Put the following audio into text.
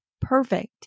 Perfect